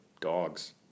dogs